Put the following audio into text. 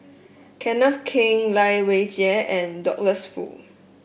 Kenneth Keng Lai Weijie and Douglas Foo